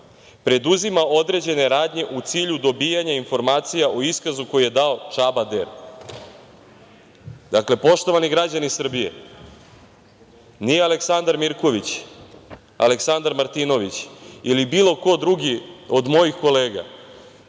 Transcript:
preduzima određene radnje u cilju dobijanja informacija o iskazu koji je dao Čaba Der.“Poštovani građani Srbije, nije Aleksandar Mirković, Aleksandar Martinović ili bilo ko drugi od mojih kolega,